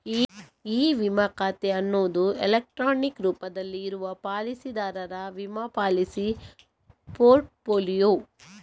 E ವಿಮಾ ಖಾತೆ ಅನ್ನುದು ಎಲೆಕ್ಟ್ರಾನಿಕ್ ರೂಪದಲ್ಲಿ ಇರುವ ಪಾಲಿಸಿದಾರರ ವಿಮಾ ಪಾಲಿಸಿಗಳ ಪೋರ್ಟ್ ಫೋಲಿಯೊ